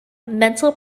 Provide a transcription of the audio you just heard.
mental